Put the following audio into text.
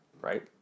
Right